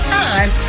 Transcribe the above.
time